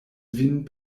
vin